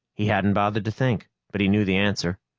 he hadn't bothered to think, but he knew the answer.